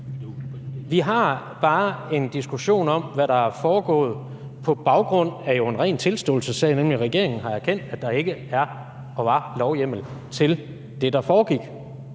Vi har bare en diskussion om, hvad der er foregået, på baggrund af jo en ren tilståelsessag, nemlig at regeringen har erkendt, at der ikke er og var lovhjemmel til det, der foregik.